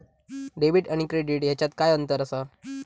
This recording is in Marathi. डेबिट आणि क्रेडिट ह्याच्यात काय अंतर असा?